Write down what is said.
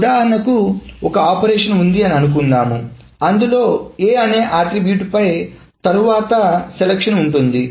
ఉదాహరణకు ఒక ఆపరేషన్ ఉందని అనుకుందాం అందులో a అనే అట్రిబ్యూట్ పై తరువాత ఎంపిక ఉంటుంది